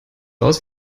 aus